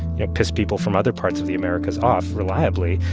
you know, piss people from other parts of the americas off reliably.